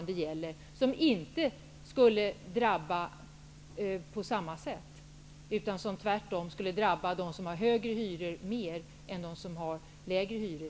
Den skulle inte drabba på samma sätt, utan den skulle tvärtom drabba dem som har högre hyror mer än dem som har lägre hyror.